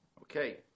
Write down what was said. Okay